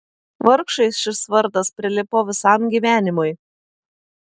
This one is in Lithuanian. vargšui šis vardas prilipo visam gyvenimui